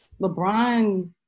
lebron